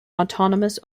autonomous